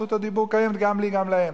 זכות הדיבור קיימת גם לי וגם להם.